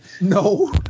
No